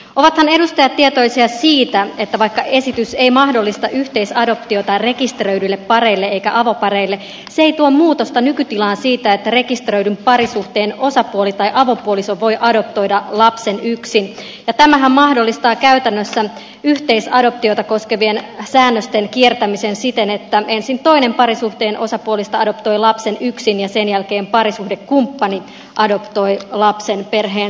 ovathan edustajat tietoisia siitä että vaikka esitys ei mahdollista yhteisadoptiota rekisteröidyille pareille eikä avopareille se ei tuo muutosta nykytilaan siinä että rekisteröidyn parisuhteen osapuoli tai avopuoliso voi adoptoida lapsen yksin ja tämähän mahdollistaa käytännössä yhteisadoptiota koskevien säännösten kiertämisen siten että ensin toinen parisuhteen osapuolista adoptoi lapsen yksin ja sen jälkeen parisuhdekumppani adoptoi lapsen perheen sisäisesti